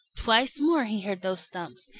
twice more he heard those thumps,